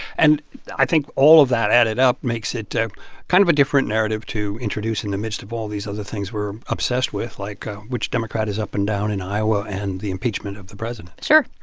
and i think all of that added up makes it kind of a different narrative to introduce in the midst of all these other things we're obsessed with like which democrat is up and down in iowa and the impeachment of the president sure.